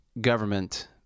government